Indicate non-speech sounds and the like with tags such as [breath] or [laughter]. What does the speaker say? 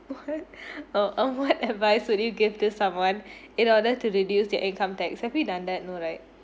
what [laughs] uh uh what advice would you give to someone [breath] in order to reduce their income tax have you done that no right